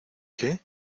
qué